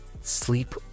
sleep